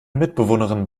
mitbewohnerin